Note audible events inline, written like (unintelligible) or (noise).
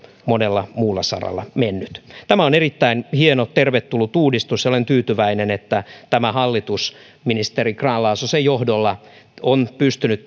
monella muulla saralla mennyt tämä on erittäin hieno tervetullut uudistus ja olen tyytyväinen että tämä hallitus ministeri grahn laasosen johdolla on pystynyt (unintelligible)